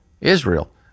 Israel